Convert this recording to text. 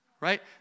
right